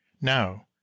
Now